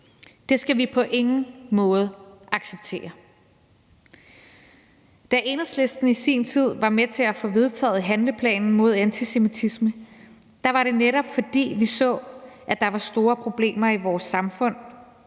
Det skal vi på ingen måde acceptere. Da Enhedslisten i sin tid var med til at få vedtaget handleplanen mod antisemitisme, var det netop, fordi vi så, at der var store problemer i vores samfund